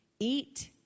Eat